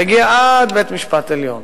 זה הגיע עד בית-המשפט העליון.